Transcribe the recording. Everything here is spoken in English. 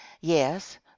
Yes